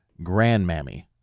grandmammy